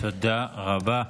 תודה רבה.